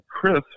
Chris